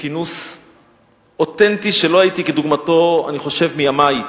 בכינוס אותנטי שלא ראיתי כדוגמתו, אני חושב, מימי,